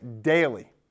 daily